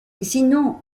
sinon